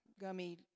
gummy